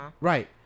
Right